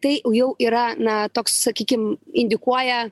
tai jau yra na toks sakykim indikuoja